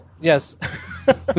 Yes